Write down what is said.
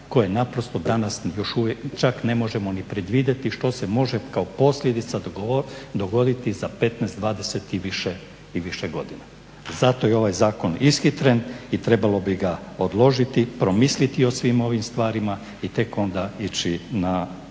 koje naprosto danas još uvijek čak ne možemo ni predvidjeti što se može kao posljedica dogoditi za 15, 20 i više godina. Zato je ovaj zakon ishitren i trebalo bi ga odložiti, promisliti o svim ovim stvarima i tek onda ići na